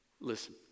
listen